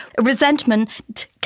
Resentment